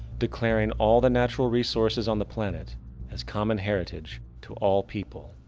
declaring all the natural resources on the planet as common heritage to all people,